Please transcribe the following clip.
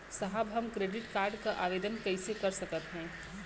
साहब हम credit card क आवेदन कइसे कर सकत हई?